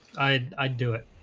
i'd i'd do it.